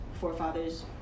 forefathers